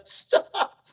stop